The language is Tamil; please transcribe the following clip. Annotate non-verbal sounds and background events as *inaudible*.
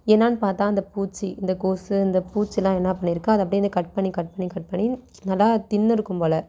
என்னனு பார்த்தா அந்த பூச்சி இந்த கொசு இந்த பூச்சிலாம் என்ன பண்ணியிருக்கு அதை அப்படியே *unintelligible* கட் பண்ணி கட் பண்ணி கட் பண்ணி நல்லா திண்ணிருக்கும் போல்